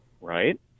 right